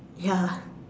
ya